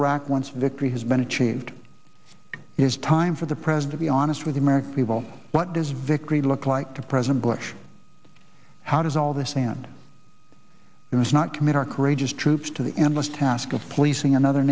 iraq once victory has been achieved it is time for the pres the be honest with the american people what does victory look like to president bush how does all this and it was not commit our courageous troops to the endless task of policing another